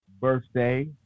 birthday